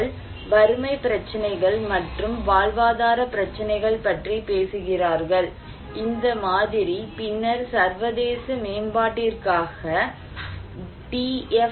அவர்கள் வறுமை பிரச்சினைகள் மற்றும் வாழ்வாதார பிரச்சினைகள் பற்றி பேசுகிறார்கள் இந்த மாதிரி பின்னர் சர்வதேச மேம்பாட்டிற்காக டி